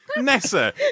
Nessa